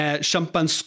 champagne